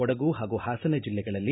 ಕೊಡಗು ಹಾಗೂ ಹಾಸನ ಜಿಲ್ಲೆಗಳಲ್ಲಿ